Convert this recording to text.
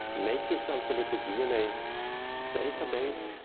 make yourself a little dna database,